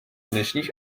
dnešních